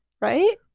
right